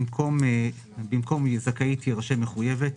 במקום "זכאית" יירשם "מחויבת".